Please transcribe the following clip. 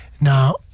now